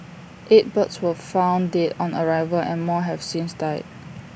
eight birds were found dead on arrival and more have since died